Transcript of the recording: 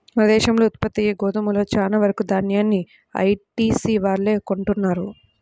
మన దేశంలో ఉత్పత్తయ్యే గోధుమలో చాలా వరకు దాన్యాన్ని ఐటీసీ వాళ్ళే కొంటన్నారు